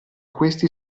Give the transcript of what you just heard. questi